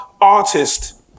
artist